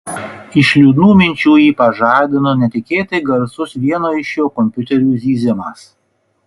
iš liūdnų minčių jį pažadino netikėtai garsus vieno iš jo kompiuterių zyzimas